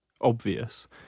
obvious